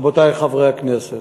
אדוני היושב-ראש, רבותי חברי הכנסת,